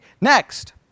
next